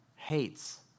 hates